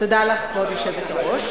תודה לך, כבוד היושבת-ראש.